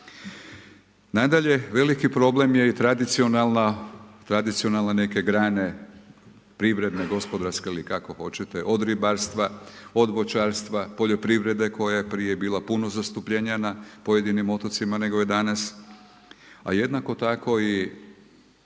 Nadalje, veliki problem je i tradicionalna, tradicionalno neke grane, privredne, gospodarske ili kako hoćete od ribarstva, od voćarstva, poljoprivrede koja je prije bilo puno zastupljenija na pojedinim otocima nego je danas. A jednako tako i